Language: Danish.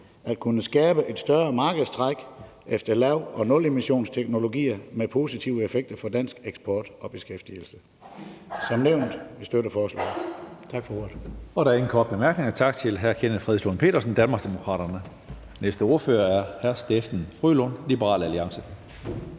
at kunne skabe et større markedstræk efter lav- og nulemissionsteknologier med positive effekter for dansk eksport og beskæftigelse. Som nævnt støtter vi forslaget.